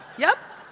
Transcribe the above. yep!